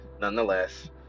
nonetheless